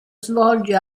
svolge